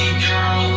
girl